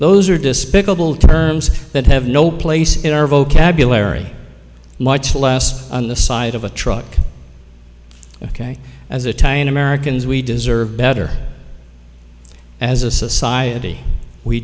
those are despicable terms that have no place in our vocabulary much less on the side of a truck ok as a tion americans we deserve better as a society we